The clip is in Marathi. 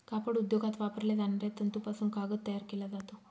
कापड उद्योगात वापरल्या जाणाऱ्या तंतूपासून कागद तयार केला जातो